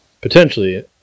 potentially